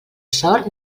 sort